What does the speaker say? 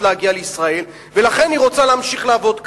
להגיע לישראל ולכן היא רוצה להמשיך לעבוד כאן,